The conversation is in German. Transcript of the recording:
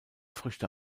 früchte